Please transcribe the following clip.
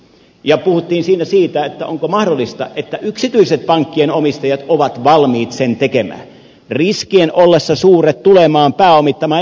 ja puhuttiin siinä siitä onko mahdollista että yksityiset pankkien omistajat ovat valmiit sen tekemään riskien ollessa suuret tulemaan pääomittamaan enemmän ja enemmän